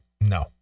No